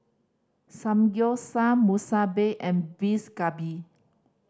Samgyeopsal Monsunabe and Beef Galbi